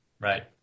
right